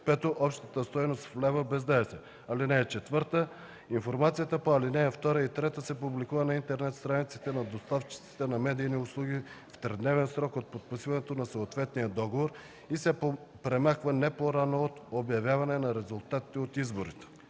5. общата стойност в лева без ДДС. (4) Информацията по ал. 2 и 3 се публикува на интернет страниците на доставчиците на медийни услуги в тридневен срок от подписването на съответния договор и се премахва не по-рано от обявяване на резултатите от изборите.”